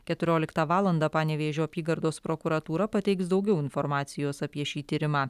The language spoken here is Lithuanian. keturioliktą valandą panevėžio apygardos prokuratūra pateiks daugiau informacijos apie šį tyrimą